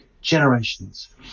generations